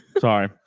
Sorry